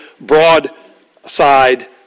broadside